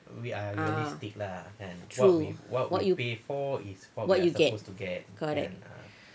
ah true what you what you get correct